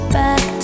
back